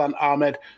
Ahmed